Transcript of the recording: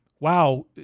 Wow